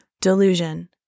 delusion